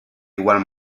igual